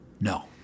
No